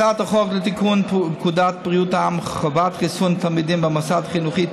הצעת חוק לתיקון פקודת בריאות העם (חובת חיסון תלמידים במוסד חינוכי),